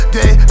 day